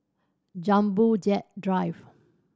Jumbo Jet Drive